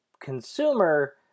consumer